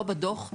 לא בדוח,